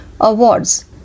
awards